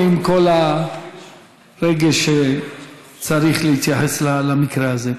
ועם כל הרגש שצריך להתייחס למקרה הזה.